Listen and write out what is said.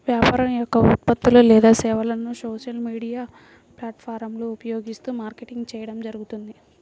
వ్యాపారం యొక్క ఉత్పత్తులు లేదా సేవలను సోషల్ మీడియా ప్లాట్ఫారమ్లను ఉపయోగిస్తూ మార్కెటింగ్ చేయడం జరుగుతుంది